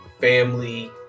family